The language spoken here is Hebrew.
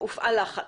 - הופעל לחץ.